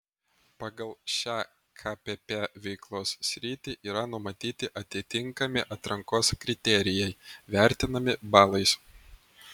pagal šią kpp veiklos sritį yra numatyti atitinkami atrankos kriterijai vertinami balais